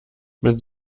mit